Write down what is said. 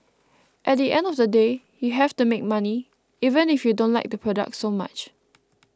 at the end of the day you have to make money even if you don't like the product so much